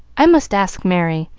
i must ask merry,